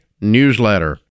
newsletter